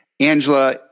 Angela